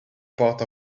part